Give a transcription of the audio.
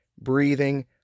breathing